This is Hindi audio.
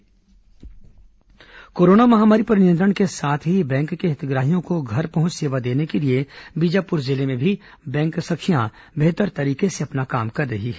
बीजापुर सखी बैंक कोरोना महामारी पर नियंत्रण के साथ ही बैंक के हितग्राहियों को घर पहुंच सेवा देने के लिए बीजापुर जिले में भी बैंक सखियां बेहतर तरीके से अपना काम कर रही हैं